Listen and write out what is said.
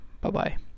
Bye-bye